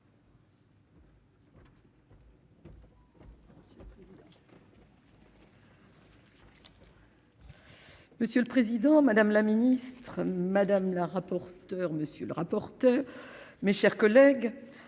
Monsieur le président, madame la ministre, madame la rapporteure, monsieur le rapporteur, mes chers collègues